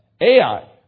Ai